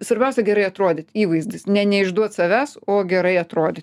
svarbiausia gerai atrodyt įvaizdis ne neišduot savęs o gerai atrodyt